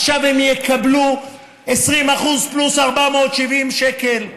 עכשיו הם יקבלו 20% פלוס 470 שקל,